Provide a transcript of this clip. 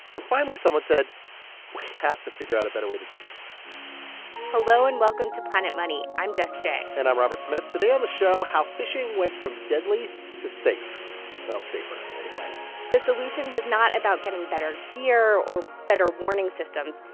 and finally, someone said we have to figure out a better way to do this hello, and welcome to planet money. i'm jess jiang and i'm robert smith. today on the show how fishing went from deadly to safe well, safer anyway the solution was not about getting better gear or better warning systems.